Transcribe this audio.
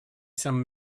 some